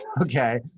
okay